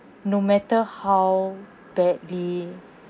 no matter how badly